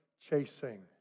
chasing